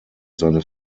seine